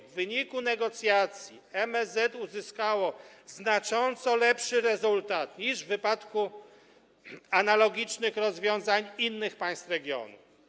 W wyniku negocjacji MSZ uzyskało znacząco lepszy rezultat niż w wypadku analogicznych rozwiązań innych państw regionu.